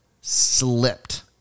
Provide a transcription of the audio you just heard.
slipped